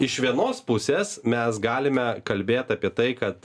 iš vienos pusės mes galime kalbėt apie tai kad